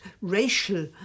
racial